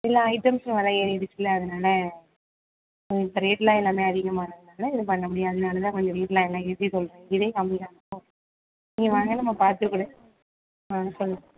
இல்லை ஐட்டம்ஸும் விலை ஏறிடுச்சுல அதனால் இப்போ ரேட்டெலாம் எல்லாமே அதிகமானதுனால் எதுவும் பண்ண முடியாது அதனால்தான் கொஞ்சம் ரேட்டெலாம் எல்லாம் ஏற்றி சொல்கிறேன் இதே கம்மிதான் இப்போது நீங்கள் வாங்க நம்ம பார்த்து கூட ம் சொல்